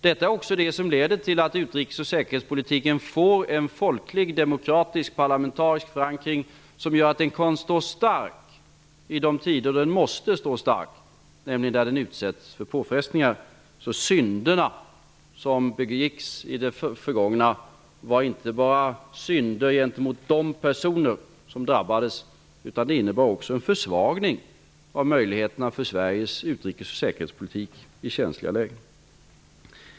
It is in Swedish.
Det är det som leder till att utrikes och säkerhetspolitiken får en folklig demokratisk, parlamentarisk förankring som gör att den kan stå stark i de tider då den måste stå stark, nämligen när den utsätts för påfrestningar. De synder som begicks i det förgångna var inte bara synder gentemot de personer som drabbades utan innebar också en försvagning av möjligheterna för Sveriges utrikesoch säkerhetspolitik i känsliga lägen.